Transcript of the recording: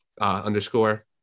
underscore